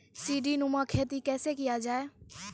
सीडीनुमा खेती कैसे किया जाय?